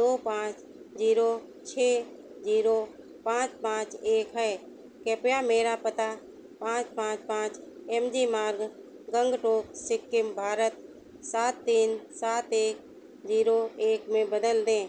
दो पाँच ज़ीरो छह ज़ीरो पाँच पाँच एक है कृपया मेरा पता पाँच पाँच पाँच एम जी मार्ग गंगटोक सिक्किम भारत सात तीन सात एक ज़ीरो एक में बदल दें